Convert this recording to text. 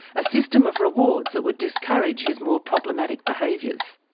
a system of rewards that would discourage his more problematic behaviours.